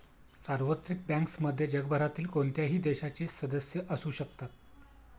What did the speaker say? सार्वत्रिक बँक्समध्ये जगभरातील कोणत्याही देशाचे सदस्य असू शकतात